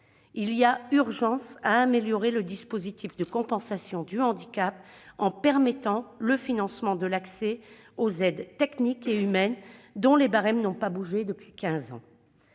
Il y a urgence à améliorer le dispositif de compensation du handicap, en permettant le financement de l'accès aux aides techniques et humaines dont les barèmes n'ont pas bougé depuis quinze